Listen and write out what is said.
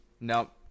nope